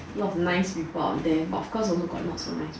a lot of nice people out there but of course got not so nice one